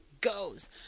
goes